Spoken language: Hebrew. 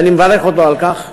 ואני מברך אותו על כך.